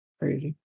crazy